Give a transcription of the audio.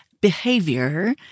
behavior